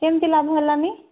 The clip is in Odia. କେମିତି ଲାଭ ହେଲାନି